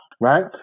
Right